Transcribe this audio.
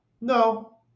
No